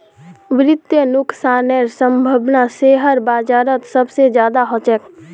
वित्तीय नुकसानेर सम्भावना शेयर बाजारत सबसे ज्यादा ह छेक